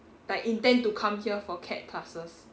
like intend to come here for CAD classes